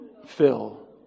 fill